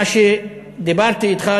מה שדיברתי אתך,